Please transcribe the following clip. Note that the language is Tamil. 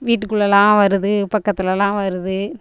வீட்டுக்குள்ளேலாம் வருது பக்கத்துலேலாம் வருது